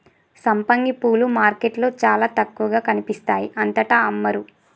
సంపంగి పూలు మార్కెట్లో చాల తక్కువగా కనిపిస్తాయి అంతటా అమ్మరు